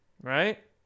right